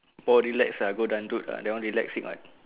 more relaxed ah go dollop ah that one relaxing [what]